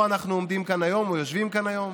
אנחנו עומדים כאן היום או יושבים כאן היום: